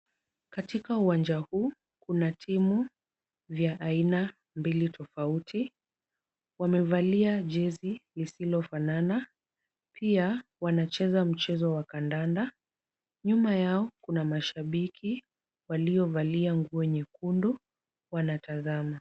katika uwanja huu kuna timu vya aina mbili tofauti, wamevalia jezi lisilofanana, pia wanacheza mchezo wa kandanda. Nyuma yao kuna mashabiki, waliovalia nguo nyekundu wanatazama.